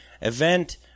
event